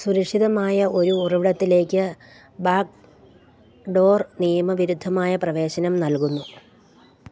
സുരക്ഷിതമായ ഒരു ഉറവിടത്തിലേക്ക് ബാക്ക് ഡോര് നിയമവിരുദ്ധമായ പ്രവേശനം നൽകുന്നു